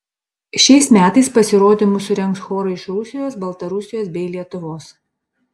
šiais metais pasirodymus surengs chorai iš rusijos baltarusijos bei lietuvos